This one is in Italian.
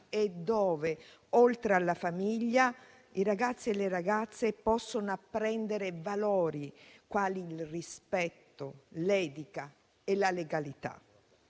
e dove, oltre alla famiglia, i ragazzi e le ragazze possono apprendere valori quali il rispetto, l'etica e la legalità.